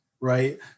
right